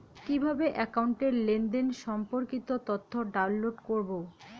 কিভাবে একাউন্টের লেনদেন সম্পর্কিত তথ্য ডাউনলোড করবো?